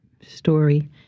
story